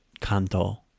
Kanto